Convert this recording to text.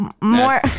more